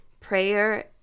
prayer